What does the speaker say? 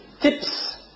tips